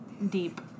Deep